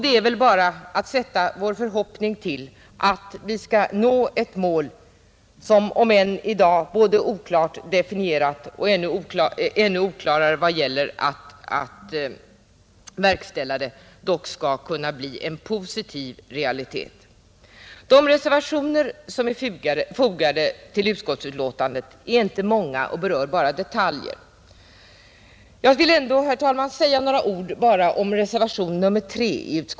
Det är väl bara att sätta vår förhoppning till att vi skall nå ett mål, som om än i dag både oklart definierat och ännu oklarare vad gäller dess verkställande dock skall kunna bli en positiv realitet. De reservationer som är fogade till utskottsbetänkandet är inte många och berör bara detaljer. Jag vill ändå, herr talman, säga några ord om reservationen 3.